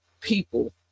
people